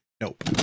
Nope